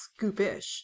scoopish